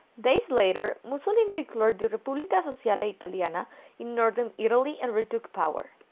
days later, mussolini declared the repubblica sociale italiana in northern italy, and retook power.